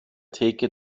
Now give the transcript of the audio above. theke